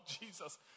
Jesus